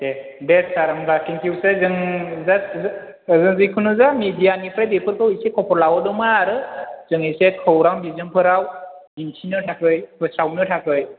ए दे सार होनबा थेंकिउ सै जों जास्ट बेखौनो जों जिखुनु जा मिडियानिफ्राय बेफोरखौ एसे खबर लाहरदोंमोन आरो जों एसे खौरां बिजोंफोराव दिन्थिनो थाखाय फोसावनो थाखाय